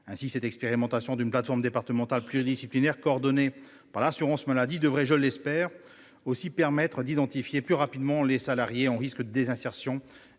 Ainsi, l'expérimentation d'une plateforme départementale pluridisciplinaire, coordonnée par l'assurance maladie, devrait permettre, je l'espère, d'identifier plus rapidement les salariés en risque de désinsertion